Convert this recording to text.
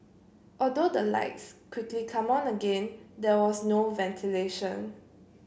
although the lights quickly come on again there was no ventilation